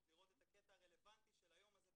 לראות את הקטע הרלבנטי של היום הזה,